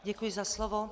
Děkuji za slovo.